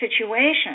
situation